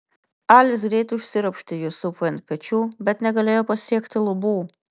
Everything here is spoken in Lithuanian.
alis greit užsiropštė jusufui ant pečių bet negalėjo pasiekti lubų